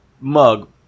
mug